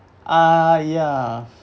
uh yeah